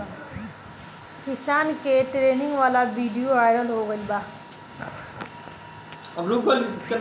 किसान के ट्रेनिंग वाला विडीओ वायरल हो गईल बा